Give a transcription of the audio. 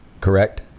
correct